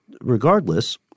regardless –